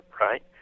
right